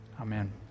Amen